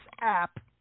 app